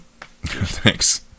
Thanks